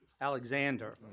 Alexander